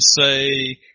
say